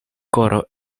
koro